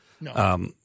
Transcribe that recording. No